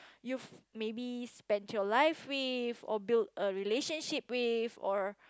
you've maybe spent your life with or build a relationship with or